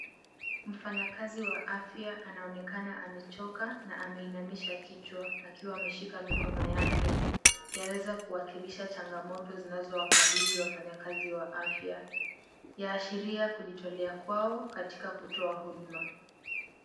Mfanyikazi wa afya anaonekana amechoka na kuinamisha kichwa akiwa ameshika mikono yake. Yaweza kuwakilisha changamoto zinazo wakabili wafanyikazi wa afya. Yaashiria kujitolea kwao katika kutoa huduma.